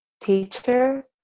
teacher